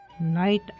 Night